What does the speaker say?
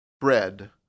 Bread